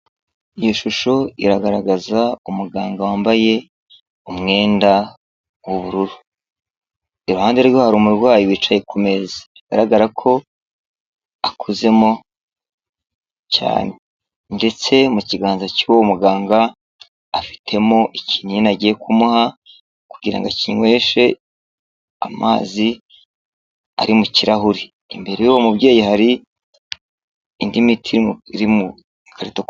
Iyi shusho iragaragaza umuganga wambaye umwenda w'ubururu. Iruhande rwe hari Umurwayi wicaye ku meza, bigaragara ko akuzemo cyane, ndetse mu kiganza cy'uwo muganga afitemo ikinini agiye kumuha kugira ngo akinyweshe amazi ari mu kirahure. Imbere y'uwo mubyeyi hari indi miti iri mu gakarito.